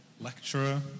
lecturer